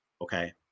okay